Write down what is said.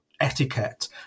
etiquette